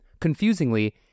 Confusingly